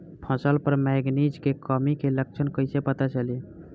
फसल पर मैगनीज के कमी के लक्षण कईसे पता चली?